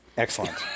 Excellent